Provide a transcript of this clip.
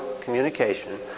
communication